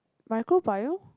microbio